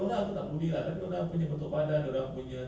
ya I I'm a fan of blackpink